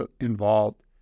involved